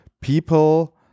people